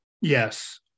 yes